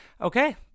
Okay